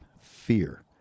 fear